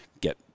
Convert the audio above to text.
get